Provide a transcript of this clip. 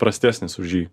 prastesnis už jį